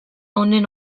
honen